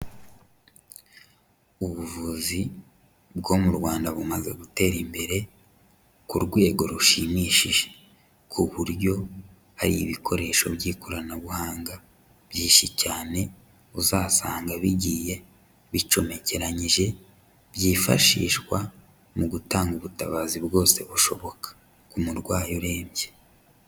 Ubuvuzi bwo mu Rwanda bumaze gutera imbere ku rwego rushimishije, ku buryo hari ibikoresho by'ikoranabuhanga byinshi cyane uzasanga bigiye bicomekeranyije, byifashishwa mu gutanga ubutabazi bwose bushoboka ku murwayi urembye.